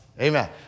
Amen